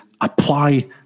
apply